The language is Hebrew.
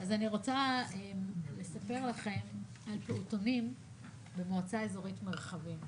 אז אני רוצה לספר לכם על פעוטונים במועצה אזורית מרחבים.